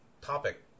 topic